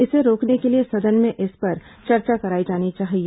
इसे रोकने के लिए सदन में इस पर चर्चा कराई जानी चाहिए